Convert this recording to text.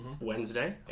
wednesday